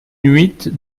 huit